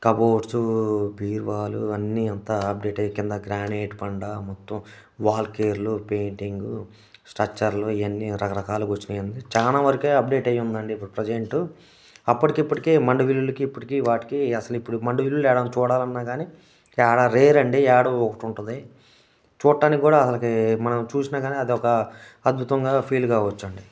cupboards బీర్వాలు అన్నీ అంతా అప్డేట్ అయ్యాయి క్రింద గ్రానైట్ బండ మొత్తం వాకిళ్ళు పెయింటింగు స్ట్రక్చర్లు ఇవన్నీ రకరకాలు వచ్చినాయి అండి చాలా వరకే అప్డేట్ అయి ఉందండి ఇప్పుడు ప్రజెంట్ అప్పటికి ఇప్పటికీ మండ ఇళ్ళకి ఇప్పటికీ వాటికి అసలు ఇప్పుడు మండ ఇళ్ళు ఎక్కడ చూడాలన్నా కానీ అక్కడ రేర్ అండి ఎక్కడ ఒకటి ఉంటుంది చూడటానికి కూడా అసలుకి మనం చూసినా కానీ అది ఒక అద్భుతంగా ఫీల్ కావచ్చు అండి